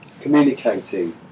communicating